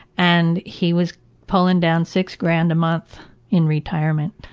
and he was pulling down six grand a month in retirement.